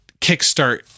kickstart